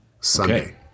Sunday